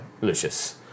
Lucius